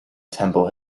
temple